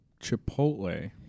Chipotle